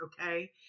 okay